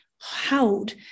howled